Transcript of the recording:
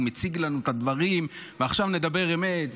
מציג לנו את הדברים: ועכשיו נדבר אמת,